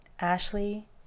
Ashley